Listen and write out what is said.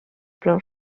plein